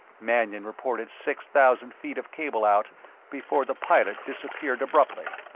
mannion reported six thousand feet of cable out before the pilot disappeared abruptly.